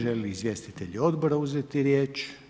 Želi li izvjestitelji odbora uzeti riječ?